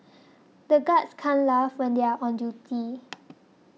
the guards can't laugh when they are on duty